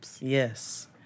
Yes